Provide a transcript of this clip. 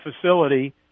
facility